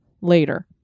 later